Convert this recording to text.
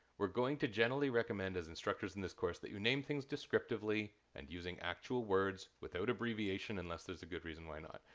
we're going to generally recommend, as instructors in this course, that you name things descriptively and using actual words without abbreviation unless there's a good reason why not.